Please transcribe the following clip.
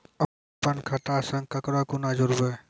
अपन खाता संग ककरो कूना जोडवै?